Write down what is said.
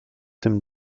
tym